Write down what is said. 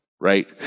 Right